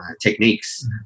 techniques